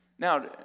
Now